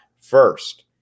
first